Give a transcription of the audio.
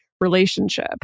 relationship